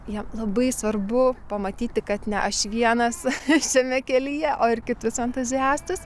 jiem labai svarbu pamatyti kad ne aš vienas šiame kelyje o ir kitus entuziastus